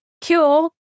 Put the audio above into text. cure